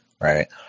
right